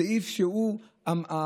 הסעיף שהוא היסוד,